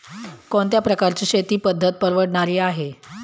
कोणत्या प्रकारची शेती पद्धत परवडणारी आहे?